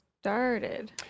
started